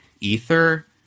ether